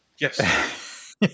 Yes